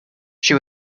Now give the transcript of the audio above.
she